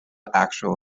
actual